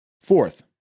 Fourth